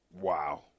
Wow